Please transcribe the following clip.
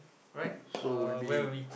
alright uh where were we